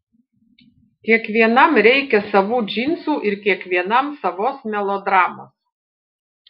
kiekvienam reikia savų džinsų ir kiekvienam savos melodramos